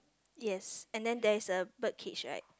yes and then there is a bird cage right